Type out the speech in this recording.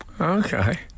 Okay